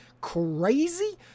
crazy